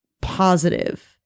positive